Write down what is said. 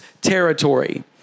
territory